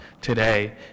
today